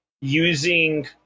using